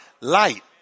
Light